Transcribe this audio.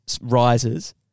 rises